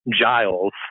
Giles